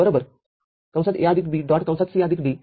E F A B